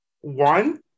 One